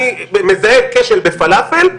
אני מזהה כשל בפלאפל,